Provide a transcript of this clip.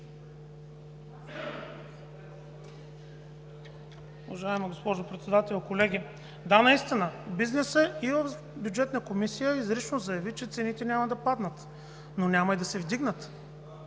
Уважаема госпожо Председател, колеги! Да наистина, бизнесът и в Бюджетна комисия изрично заяви, че цените няма да паднат, но няма и да се вдигнат